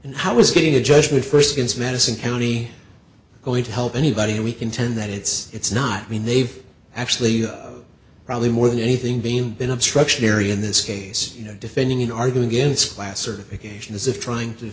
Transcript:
and how was getting a judgment first pins madison county going to help anybody and we contend that it's it's not mean they've actually probably more than anything being been obstruction area in this case you know defending arguing dance class certification is of trying to